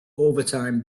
overtime